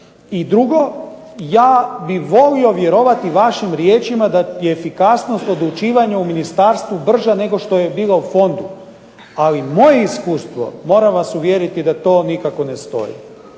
I drugo, ja bih volio vjerovati vašim riječima da je efikasnost u odlučivanju u ministarstvu brža nego što je bila u Fondu. Ali moje iskustvo, moram vas uvjeriti da to nikako ne stoji